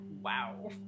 Wow